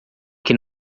que